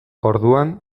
orduan